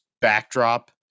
backdrop